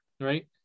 right